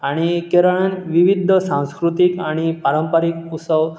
आनी केरळान विवीद सांस्कृतीक आनी पारंपारीक उत्सव